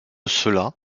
cela